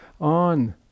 on